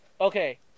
Okay